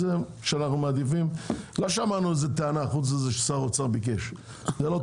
זה לא טענה, ששר האוצר ביקש.